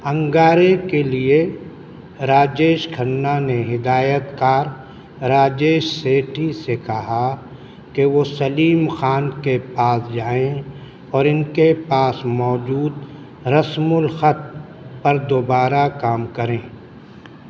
انگارے کے لیے راجیش کھنہ نے ہدایت کار راجیش سیٹھی سے کہا کہ وہ سلیم خان کے پاس جائیں اور ان کے پاس موجود رسم الخط پر دوبارہ کام کریں